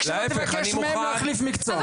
רק שלא תבקש מהם להחליף מקצוע.